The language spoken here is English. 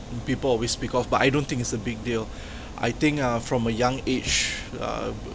people always speak of but I don't think it's a big deal I think uh from a young age uh